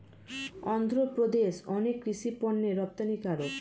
অন্ধ্রপ্রদেশ অনেক কৃষি পণ্যের রপ্তানিকারক